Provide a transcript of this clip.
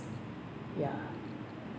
ya